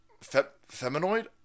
feminoid